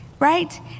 Right